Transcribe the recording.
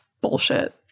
bullshit